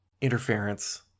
interference